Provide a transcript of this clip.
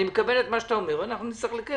אני מקבל את מה שאתה אומר ואנחנו נצטרך לקיים